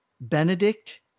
Benedict